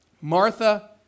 Martha